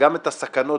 וגם את הסכנות